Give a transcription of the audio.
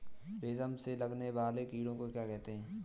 रेशम में लगने वाले कीड़े को क्या कहते हैं?